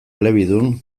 elebidun